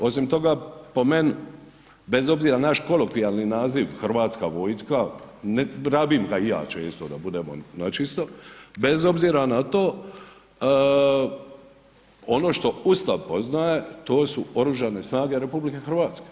Osim toga, po meni bez obzira na naš kolokvijalni naziv Hrvatska vojska, rabim ga i ja često, da budemo načisto, bez obzira na to, ono što Ustav poznaje, to su OSRH.